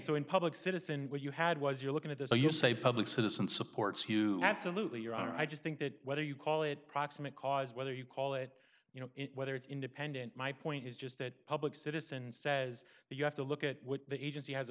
so in public citizen what you had was you're looking at this or you say public citizen supports you absolutely your honor i just think that whether you call it proximate cause whether you call it you know whether it's independent my point is just that public citizen says that you have to look at what the agency has